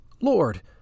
Lord